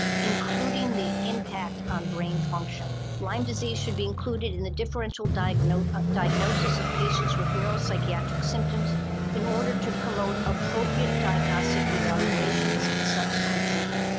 including the impact on brain function. lyme disease should be included in the differential diagnosis diagnosis of patients with neuropsychiatric symptoms in order to promote appropriate diagnostic evaluations and subsequent treatment.